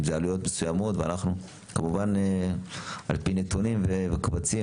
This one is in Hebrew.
כמובן על פי נתונים וקבצים.